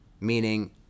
meaning